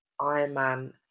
Ironman